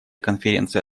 конференция